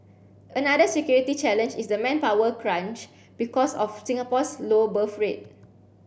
another security challenge is the manpower crunch because of Singapore's low birth rate